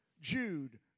Jude